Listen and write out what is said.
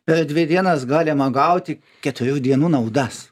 per dvi dienas galima gauti keturių dienų naudas